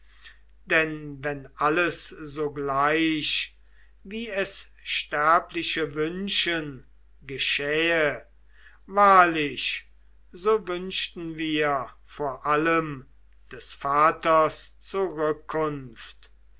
denn wenn alles sogleich wie es sterbliche wünschen geschähe wahrlich so wünschten wir vor allem des vaters zurückkunft